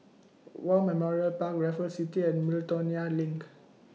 War Memorial Park Raffles City and Miltonia LINK